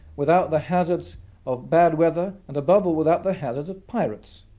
without the hazards of bad weather, and above all without the hazards of pirates,